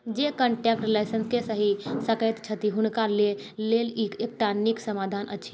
जे कॉन्टैक्ट लेन्सकेँ सहि सकैत छथि हुनका लेल ई एकटा नीक समाधान अछि